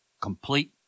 Complete